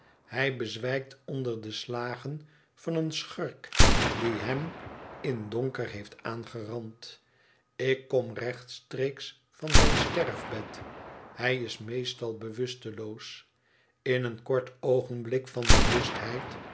hij bezwijkt onder de slagen van een schurk die hem in donker heeft aangerand ik kom rechtstreeks van zijn sterfbed hij is meestal bewusteloos in een kort oogenblik van